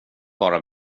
bara